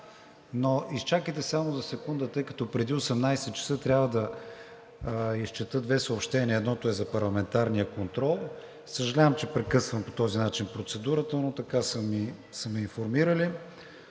Но изчакайте само за секунда, тъй като преди 18,00 ч. трябва да изчета две съобщения, едното е за парламентарния контрол. Съжалявам, че по този начин прекъсвам процедурата, но така са ме информирали.